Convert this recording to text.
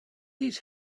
his